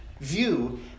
view